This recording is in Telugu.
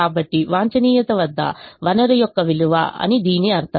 కాబట్టి వాంఛనీయత వద్ద వనరు యొక్క విలువ అని దీని అర్థం